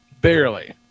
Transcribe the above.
Barely